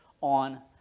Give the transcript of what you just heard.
on